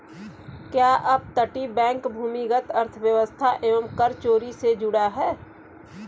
क्या अपतटीय बैंक भूमिगत अर्थव्यवस्था एवं कर चोरी से जुड़ा है?